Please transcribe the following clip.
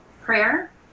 prayer